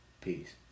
Peace